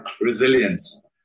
resilience